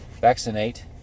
vaccinate